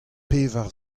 pevar